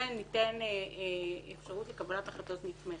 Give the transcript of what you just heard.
שניתן אפשרות לקבלת החלטות נתמכת.